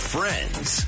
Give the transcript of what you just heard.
Friends